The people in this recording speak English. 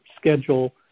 schedule